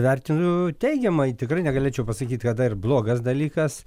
vertinu teigiamai tikrai negalėčiau pasakyti kad tai yra blogas dalykas